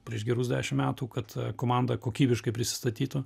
prieš gerus dešim metų kad komanda kokybiškai prisistatytų